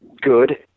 good